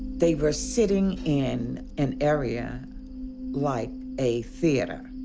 they were sitting in an area like a theater.